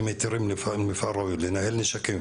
היתרים לפעמים למפעל ראוי לנהל נשקים,